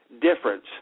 difference